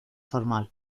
formal